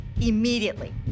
Immediately